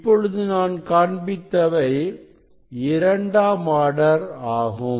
இப்பொழுது நான் காண்பித்தவை இரண்டாம் ஆர்டர் ஆகும்